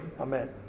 Amen